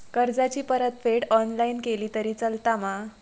कर्जाची परतफेड ऑनलाइन केली तरी चलता मा?